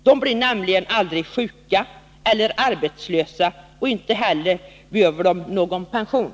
De blir nämligen aldrig sjuka eller arbetslösa. Inte heller behöver de någon pension.